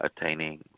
Attaining